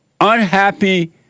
unhappy